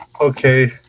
Okay